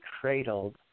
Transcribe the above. cradled